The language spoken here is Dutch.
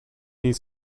niet